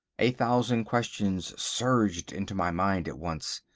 a thousand questions surged into my mind at once.